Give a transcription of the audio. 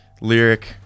Lyric